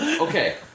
Okay